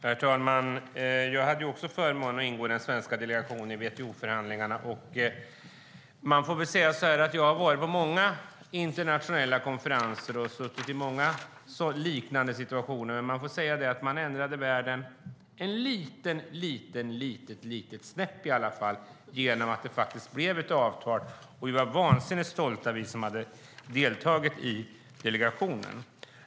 Herr talman! Jag hade också förmånen att ingå i den svenska delegationen i WTO-förhandlingarna. Jag har varit på många internationella konferenser och varit med i många liknande situationer. Man ändrade världen i alla fall ett litet snäpp genom att det blev ett avtal. Vi som hade deltagit i delegationen var vansinnigt stolta.